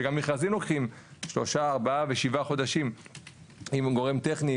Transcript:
שגם לוקחים שלושה-ארבעה ושבעה חודשים עם גורם טכני,